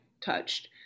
touched